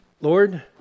Lord